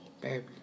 Baby